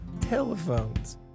telephones